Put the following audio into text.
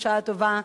בשעה טובה,